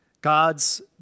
God's